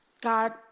God